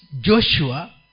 Joshua